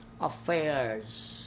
affairs